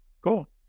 cool